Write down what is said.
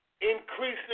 increasing